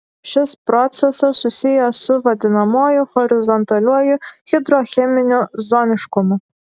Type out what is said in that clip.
šis procesas susijęs su vadinamuoju horizontaliuoju hidrocheminiu zoniškumu